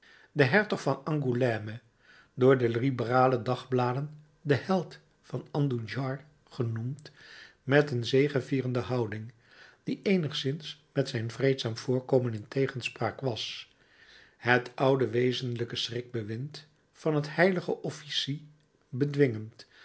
de hertog van angoulême door de liberale bladen de held van andujar genoemd met een zegevierende houding die eenigszins met zijn vreedzaam voorkomen in tegenspraak was het oude wezenlijke schrikbewind van het heilige officie bedwingend